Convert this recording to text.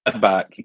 back